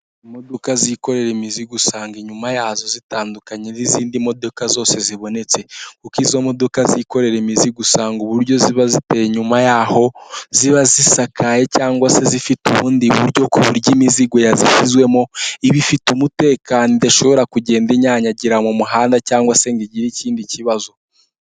Imodoka zikorera imizigo, usanga inyuma yazo zitandukanye n'izindi modoka zose zibonetse, kuko izo modoka zikorera imizi usanga uburyo ziba ziteye inyuma yaho, ziba zisakaye cyangwa se zifite ubundi buryo ku buryo imizigo yazishyizwemo, iba ifite umutekano, idashobora kugenda inyanyagira mu muhanda, cyangwa se ngo igire ikindi kibazo.